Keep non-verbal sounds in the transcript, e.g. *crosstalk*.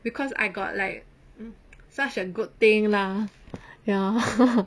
because I got like such a good thing lah ya *laughs*